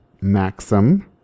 Maxim